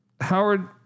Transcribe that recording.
Howard